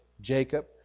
Jacob